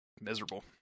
miserable